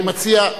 אני מציע,